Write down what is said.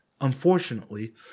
Unfortunately